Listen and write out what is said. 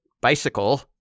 bicycle